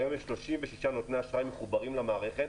היום יש 36 נותני אשראי מחוברים למערכת,